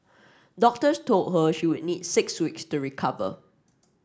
doctors told her she would need six weeks to recover